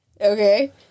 okay